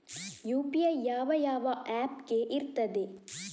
UPI ಯಾವ ಯಾವ app ಗೆ ಇರ್ತದೆ?